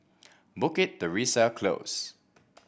Bukit Teresa Close